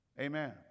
Amen